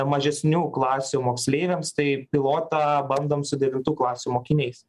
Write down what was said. mažesnių klasių moksleiviams tai pilotą bandom su devintų klasių mokiniais